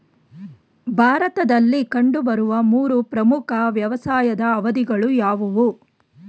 ಭಾರತದಲ್ಲಿ ಕಂಡುಬರುವ ಮೂರು ಪ್ರಮುಖ ವ್ಯವಸಾಯದ ಅವಧಿಗಳು ಯಾವುವು?